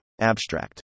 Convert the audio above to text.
Abstract